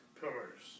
pillars